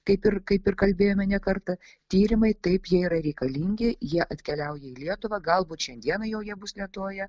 kaip ir kaip ir kalbėjome ne kartą tyrimai taip jie yra reikalingi jie atkeliauja į lietuvą galbūt šiandien jau jie bus lietuvoje